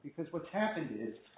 because what's happened is